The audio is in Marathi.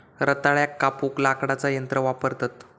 रताळ्याक कापूक लाकडाचा यंत्र वापरतत